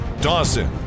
Dawson